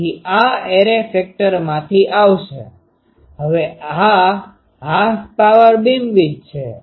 તેથી આ એરે ફેક્ટરમાંથી આવશે હવે આ હાફ પાવર બીમવિડ્થ છે